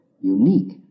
unique